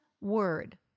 word